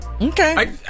Okay